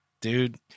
dude